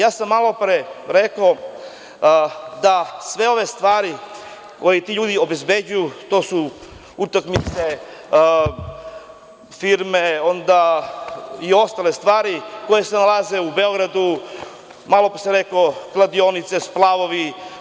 Malopre sam rekao da sve ove stvari koje ti ljudi obezbeđuju, to su utakmice, firme i ostale stvari koje se nalaze u Beogradu, malopre sam rekao, kladionice, splavovi.